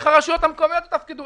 איך הרשויות המקומיות יתפקדו?